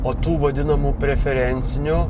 o tų vadinamų preferencinių